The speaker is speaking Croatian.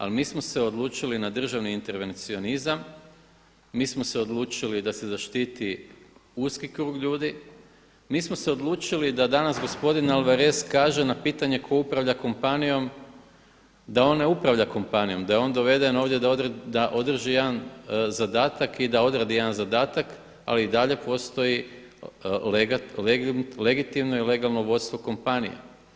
Ali mi smo se odlučili na državni intervencionalizam, mi smo se odlučili da se zaštiti uski krug ljudi, mi smo se odlučili da danas gospodin Alvarez kaže na pitanje tko upravlja kompanijom da on ne upravlja kompanijom da je on doveden ovdje da održi jedan zadatak i da odradi jedan zadatak ali i dalje postoji legitimno i legalno vodstvo kompanije.